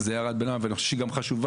זו הערת ביניים ואני חושב שהיא גם חשובה,